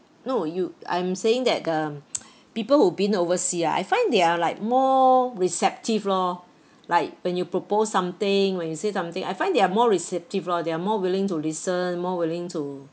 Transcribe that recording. no you I'm saying that the people who been overseas ah I find they are like more receptive lor like when you propose something when you say something I find they are more receptive lor they are more willing to listen more willing to